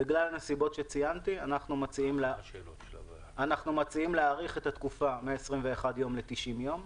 בגלל הנסיבות שציינתי אנו מציעים להאריך את התקופה מ-21 יום ל-90 יום.